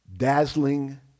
dazzling